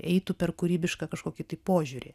eitų per kūrybišką kažkokį tai požiūrį